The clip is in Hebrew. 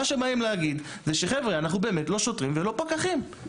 מה שבאים להגיד זה שחבר'ה - אנחנו באמת לא שוטרים ולא פקחים,